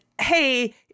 hey